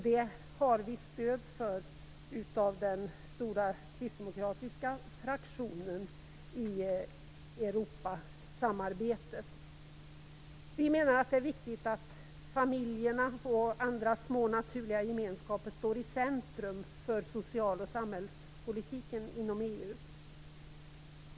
Det har vi stöd för av den stora kristdemokratiska fraktionen i Europasamarbetet. Vi menar att det är viktigt att familjerna och andra små naturliga gemenskaper står i centrum för social och samhällspolitiken inom EU.